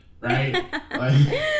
right